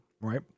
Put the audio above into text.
right